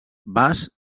bas